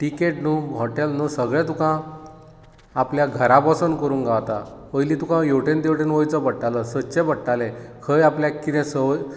ticket न्हू hotel न्हू सगळें तुकां आपल्या घरा बसून करूंक गांवता पयली तुकां हेवटेन तेवटेन वयचो पडटालो सोदचें पडटालें खंय आपल्याक कितें सोय